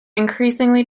increasingly